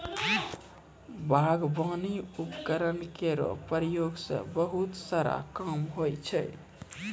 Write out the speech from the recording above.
बागबानी उपकरण केरो प्रयोग सें बहुत सारा काम होय छै